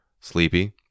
Sleepy